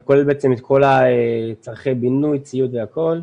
זה כולל בעצם את כל צרכי הבינוי, ציוד והכול.